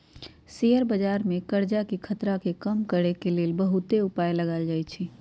share बजार में करजाके खतरा के कम करए के लेल बहुते उपाय लगाएल जाएछइ